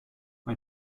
bei